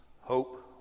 hope